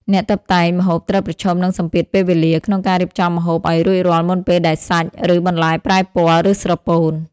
អ្នកតុបតែងម្ហូបត្រូវប្រឈមនឹងសម្ពាធពេលវេលា ក្នុងការរៀបចំម្ហូបឱ្យរួចរាល់មុនពេលដែលសាច់ ឬបន្លែប្រែពណ៌ ឬស្រពោន។